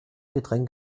getränk